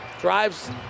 Drives